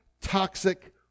toxic